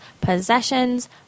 possessions